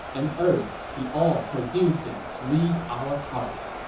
and earth, the all-producing, read our hearts.